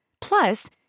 Plus